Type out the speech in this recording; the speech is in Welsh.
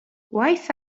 gwaith